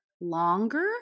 longer